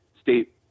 state